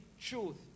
truth